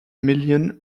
million